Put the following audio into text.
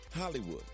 Hollywood